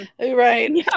right